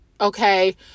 Okay